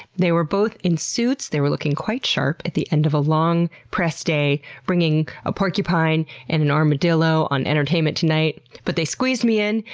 they were both in suits. they were looking quite sharp at the end of a long press day, bringing a porcupine and an armadillo on entertainment tonight. but they squeezed me in,